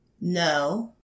No